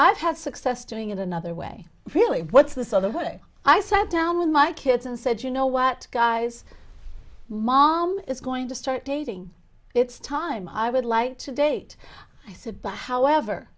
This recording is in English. i've had success doing it another way really what's this other way i sat down with my kids and said you know what guys mom is going to start dating it's time i would like to date i said but however